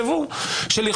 אני רק אומר שתחשבו על זה,